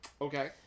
Okay